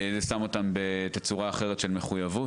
זה שם אותם בתצורה אחרת של מחויבות,